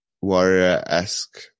warrior-esque